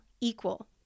equal